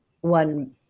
one